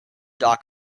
dot